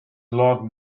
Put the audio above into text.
lord